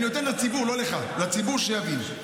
לא, אני נותן לציבור, לא לך, לציבור, שיבין.